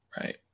Right